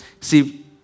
See